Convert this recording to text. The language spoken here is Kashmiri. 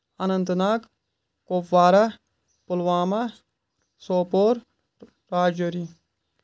اننت ناگ کپوارہ پُلوامہ سوپور راجوری